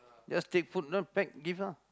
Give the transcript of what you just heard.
just take food then pack give lah